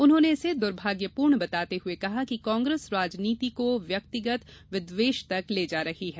उन्होंने इसे दुर्भाग्यपूर्ण बताते हुए कहा कि कांग्रेस राजनीति को व्यक्तिगत विद्वेष तक ले जा रही है